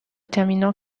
terminant